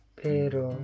pero